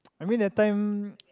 I mean that time